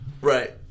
right